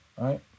right